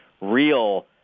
real